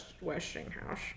Westinghouse